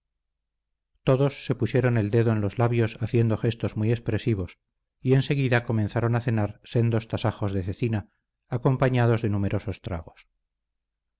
todos se pusieron el dedo en los labios haciendo gestos muy expresivos y enseguida comenzaron a cenar sendos tasajos de cecina acompañados de numerosos tragos